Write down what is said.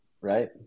Right